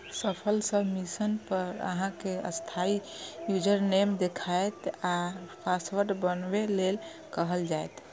सफल सबमिशन पर अहां कें अस्थायी यूजरनेम देखायत आ पासवर्ड बनबै लेल कहल जायत